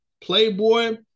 Playboy